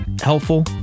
helpful